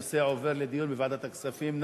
הנושא עובר לדיון בוועדת הכספים.